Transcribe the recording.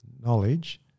knowledge